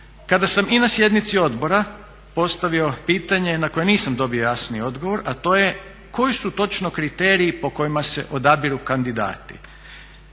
kada sam i na sjednici odbora postavio pitanje na koje nisam dobio jasni odgovor a to je koji su točno kriteriji po kojima se odabiru kandidati.